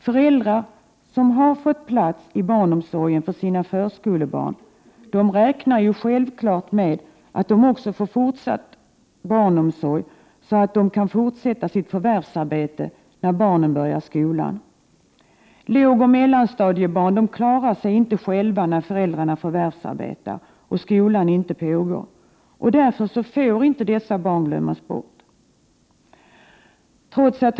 Föräldrar som har fått plats i barnomsorgen för sina förskolebarn räknar med att de kan fortsätta sitt förvärvsarbete, när barnen börjar skolan. Lågoch mellanstadiebarn klarar inte sig själva när föräldrarna förvärvsarbetar och de själva inte är i skolan. Därför får inte dessa barn glömmas bort. Herr talman!